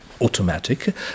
automatic